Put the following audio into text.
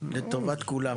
לטובת כלל הציבור.